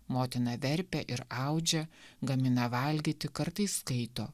motina verpia ir audžia gamina valgyti kartais skaito